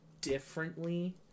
differently